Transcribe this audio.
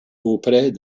auprès